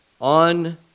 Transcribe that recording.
on